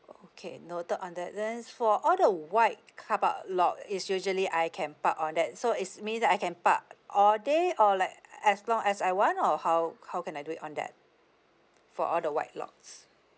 okay noted on that then for all the white carpark lot is usually I can park on that so is mean that I can park all day or like as long as I want or how how can I do it on that for all the white lots